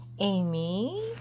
Amy